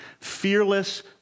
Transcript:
fearless